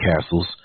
castles